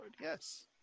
yes